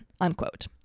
unquote